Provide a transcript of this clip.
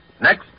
Next